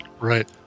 Right